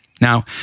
Now